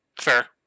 Fair